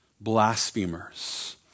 Blasphemers